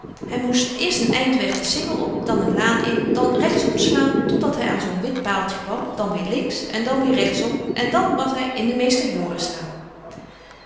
hij moest eerst een eindweg den singel op dan een laan in dan rechtsomslaan totdat hij aan zoo'n wit paaltje kwam dan weer links en dan weer rechtsom en dan was hij in de